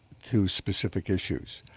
to specific issues.